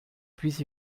plus